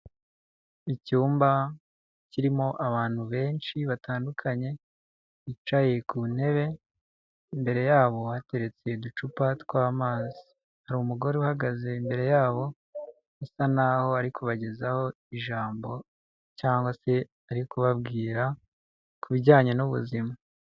Icyumba kirimo abantu benshi batandukanye bicaye ku ntebe, imbere yabo hateretse uducupa tw'amazi. Hari umugore uhagaze imbere yabo usa naho ari kubagezaho ijambo cyangwa se ari kubabwira ku bijyanye n'ubuzima.